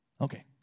Okay